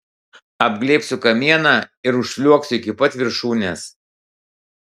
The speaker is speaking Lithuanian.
apglėbsiu kamieną ir užsliuogsiu iki pat viršūnės